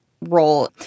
role